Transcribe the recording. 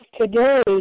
today